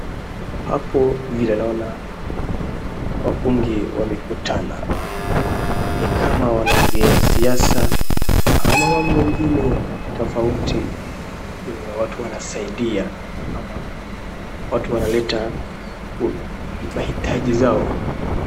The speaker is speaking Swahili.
Hapo ninaona watu wengi wamekutana ni kama wanaongea siasa au mambo mengine tofauti vyenye watu wanasaidia ama watu wanaleta mahitaji zao.